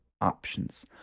options